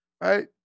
right